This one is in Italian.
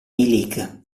league